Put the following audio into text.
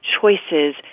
choices